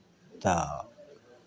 तऽ